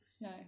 No